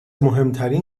مهمترین